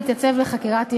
להתייצב לחקירת יכולת.